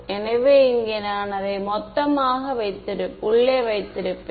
எனவே இங்கே நான் அதை மொத்தமாக உள்ளே வைத்திருப்பேன்